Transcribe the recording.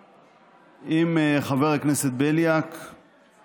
חבר הכנסת בליאק הציג